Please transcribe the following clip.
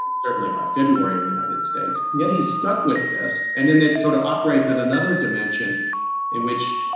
and certainly by february in the united states. yet he's stuck with this and then it sort of operates at another dimension in which,